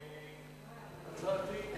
הצעתי?